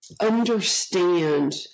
understand